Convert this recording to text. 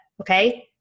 okay